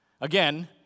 Again